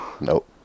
Nope